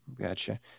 Gotcha